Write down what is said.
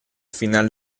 final